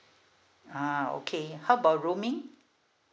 ah okay how about roaming